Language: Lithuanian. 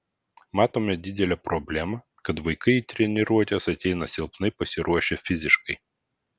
matome didelę problemą kad vaikai į treniruotes ateina silpnai pasiruošę fiziškai